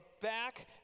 back